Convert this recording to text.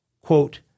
quote